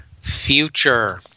future